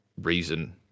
reason